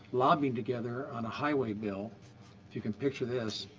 lobbying together on a highway bill if you can picture this,